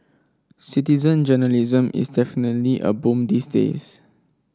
citizen journalism is definitely a boom these days